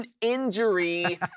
injury